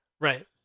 Right